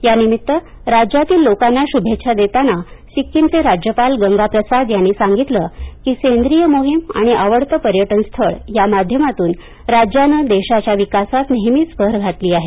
यानिमित्त राज्यातील लोकांना शुभेच्छा देताना सिक्कीमचे राज्यपाल गंगा प्रसाद यांनी सांगितलं की सेंद्रिय मोहिम आणि आवडते पर्यटन स्थळ या माध्यमातून राज्यानं देशाच्या विकासात नेहमीच भर घातली आहे